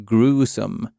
Gruesome